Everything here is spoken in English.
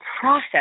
process